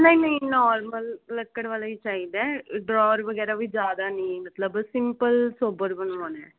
ਨਹੀਂ ਨਹੀਂ ਨੋਰਮਲ ਲੱਕੜ ਵਾਲਾ ਹੀ ਚਾਹੀਦਾ ਡਰੋਰ ਵਗੈਰਾ ਵੀ ਜਿਆਦਾ ਨਹੀਂ ਮਤਲਬ ਸਿੰਪਲ ਸੋਬਰ ਬਣਵਾਉਣਾ ਆ